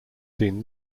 seen